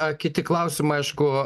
ar kiti klausimai aišku